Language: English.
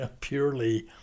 purely